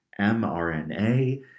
mRNA